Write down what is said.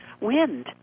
wind